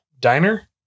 diner